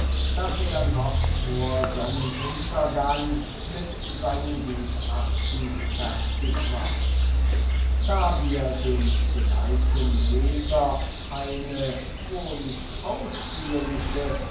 daß er noch vor sonnenuntergang mit seinem gutachten fertig war da wir dem geneigten leser eine wo nicht